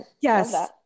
Yes